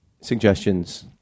suggestions